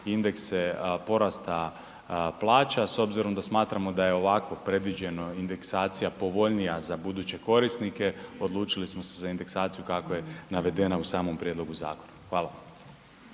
indekse porasta plaća. S obzirom da smatramo da je ovako predviđeno indeksacija povoljnija za buduće korisnike odlučili smo se za indeksaciju kako je navedeno u samom prijedlogu zakona. Hvala.